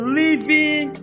living